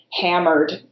hammered